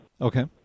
Okay